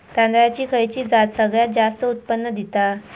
तांदळाची खयची जात सगळयात जास्त उत्पन्न दिता?